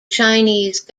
chinese